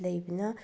ꯂꯩꯕꯅ